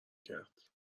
کرد